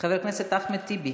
חבר הכנסת אחמד טיבי.